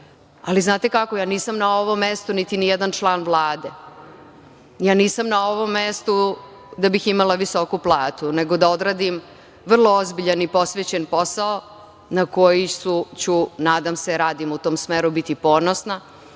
Ali, znate kako, ja nisam na ovom mestu, niti ni jedan član Vlade, da bih imala visoku platu, nego da odradim vrlo ozbiljan i posvećen posao na koji ću, nadam se, radim u tom smeru, biti ponosna,